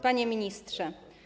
Panie Ministrze!